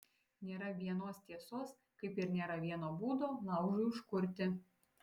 nėra vienos tiesos kaip ir nėra vieno būdo laužui užkurti